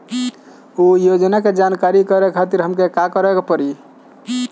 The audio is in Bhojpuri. उ योजना के जानकारी के खातिर हमके का करे के पड़ी?